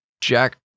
Jack